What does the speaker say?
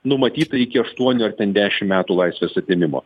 numatyta iki aštuonių ar ten dešim metų laisvės atėmimo